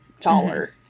taller